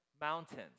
mountains